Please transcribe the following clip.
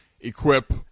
equip